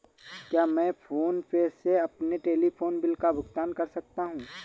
क्या मैं फोन पे से अपने टेलीफोन बिल का भुगतान कर सकता हूँ?